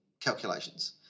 calculations